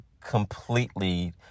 completely